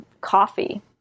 coffee